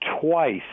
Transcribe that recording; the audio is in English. Twice